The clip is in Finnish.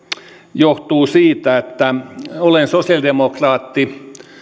johtuu siitä että olen sosialidemokraatti